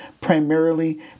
primarily